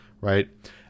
right